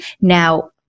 Now